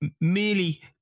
merely